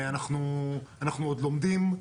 אנחנו עוד לומדים.